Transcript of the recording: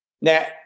Now